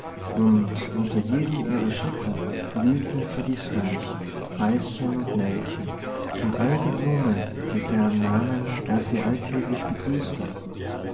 und unter jedem ihrer schritte blühten vergißmeinnicht veilchen und nelken und all die blumen mit deren namen er sie alltäglich begrüßte